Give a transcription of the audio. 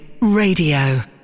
Radio